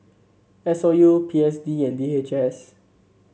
S O U P S D and D H S